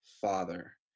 Father